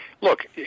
look